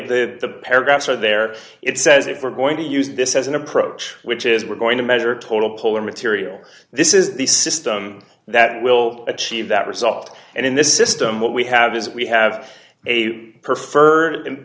the paragraphs are there it says if we're going to use this as an approach which is we're going to measure total polar material this is the system that will achieve that result and in this system what we have is we have a